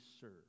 serve